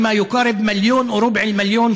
כלומר מיליון ורבע איש